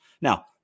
Now